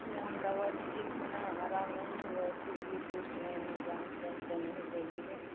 छे हम दवा लिए थे ना आराम नहीं हुआ इसीलिए पूछ रहे हैं जाँच वाँच तो नहीं लगेगा